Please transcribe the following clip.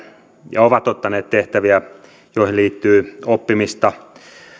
ja ne ovat ottaneet tehtäviä joihin liittyy oppimista